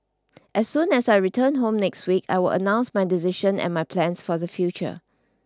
as soon as I return home next week I will announce my decision and my plans for the future